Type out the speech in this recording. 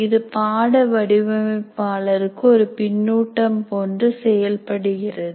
இது பாட வடிவமைப்பாளர்க்கு ஒரு பின்னூட்டம் போன்று செயல்படுகிறது